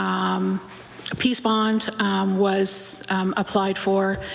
um peace bond was applied for.